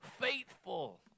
faithful